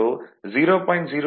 04 17